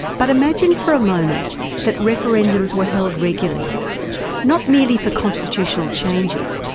but imagine for a moment that referendums were held regularly not merely for constitutional changes,